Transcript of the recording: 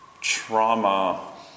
trauma